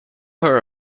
her